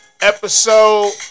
episode